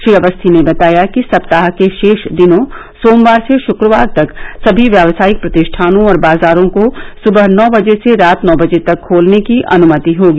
श्री अवस्थी ने बताया कि सप्ताह के शेष दिनों सोमवार से शुक्रवार तक समी व्यावसायिक प्रतिष्ठानों और बाजारों को सुबह नौ बजे से रात नौ बजे तक खोलने की अनुमति होगी